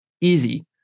Easy